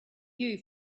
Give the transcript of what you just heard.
you